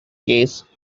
case